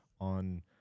on